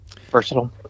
Versatile